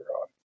on